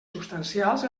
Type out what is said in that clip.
substancials